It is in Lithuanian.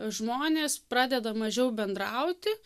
žmonės pradeda mažiau bendrauti